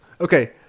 Okay